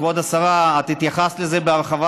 כבוד השרה, את התייחסת לזה בהרחבה.